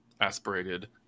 aspirated